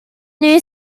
new